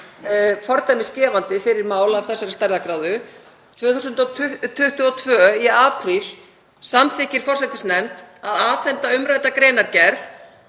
fordæmisgefandi fyrir mál af þessari stærðargráðu. Í apríl 2022 samþykkti forsætisnefnd að afhenda umrædda greinargerð.